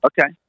Okay